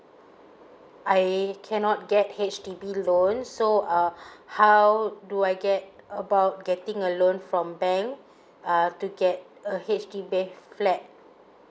I cannot get H_D_B loan so uh how do I get about getting a loan from bank err to get a H_D_B flat